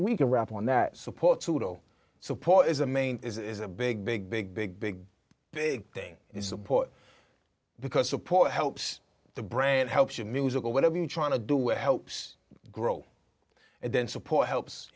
we can rap on that supports a little support is a main is a big big big big big big thing is support because support helps the brand helps your musical whatever you're trying to do it helps grow and then support helps